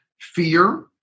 fear